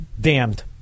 damned